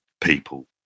people